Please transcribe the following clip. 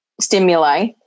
stimuli